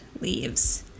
leaves